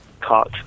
caught